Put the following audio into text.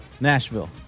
Nashville